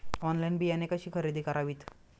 Online बियाणे कशी खरेदी करावीत?